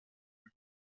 for